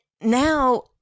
now